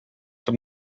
from